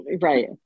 right